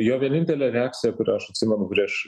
jo vienintelė reakcija kurią aš atsimenu prieš